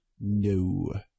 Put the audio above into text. no